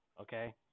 okay